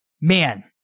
Man